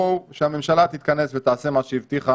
שהממשלה תתכנס ותעשה מה שהיא הבטיחה